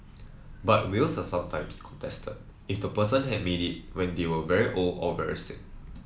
but wills are sometimes contested if the person had made it when they were very old or very sick